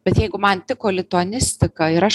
bet jeigu man tiko lituanistika ir aš